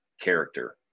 character